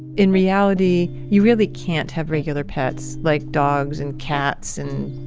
in reality, you really can't have regular pets like dogs and cats and,